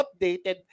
updated